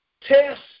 Test